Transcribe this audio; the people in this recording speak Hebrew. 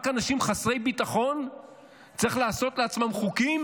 רק אנשים חסרי ביטחון צריכים לעשות לעצמם חוקים